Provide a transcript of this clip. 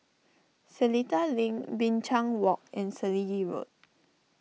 Seletar Link Binchang Walk and Selegie Road